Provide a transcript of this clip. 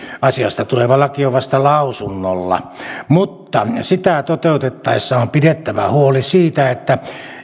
asiasta tuleva laki on vasta lausunnolla mutta sitä toteutettaessa on pidettävä huoli siitä että